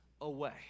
away